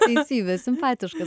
teisybė simpatiškas